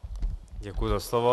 Děkuju za slovo.